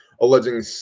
alleging